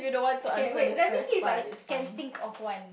okay wait let me see if I can think of one